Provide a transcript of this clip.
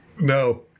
No